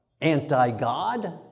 anti-God